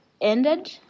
ended